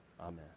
Amen